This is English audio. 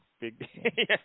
big